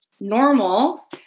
normal